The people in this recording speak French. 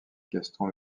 gaston